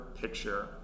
picture